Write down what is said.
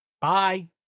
Bye